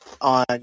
on